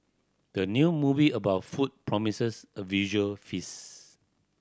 the new movie about food promises a visual feast